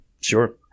Sure